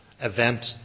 event